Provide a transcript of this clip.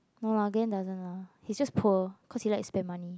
no lah Glen doesn't lah he's just poor cause he like spent money